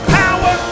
power